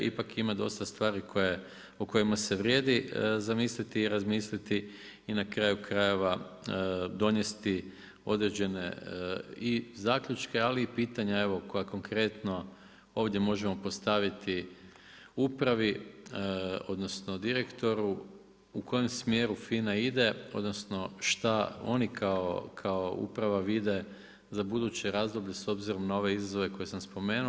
Ipak ima dosta stvari o kojima se vrijedi zamisliti i razmisliti i na kraju krajeva donesti određene i zaključke, ali i pitanja evo koja konkretno ovdje možemo postaviti upravi odnosno direktoru u kojem smjeru FINA ide, odnosno šta oni kao uprava vide za buduće razdoblje s obzirom na ove izazove koje sam spomenuo.